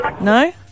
No